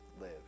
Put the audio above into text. live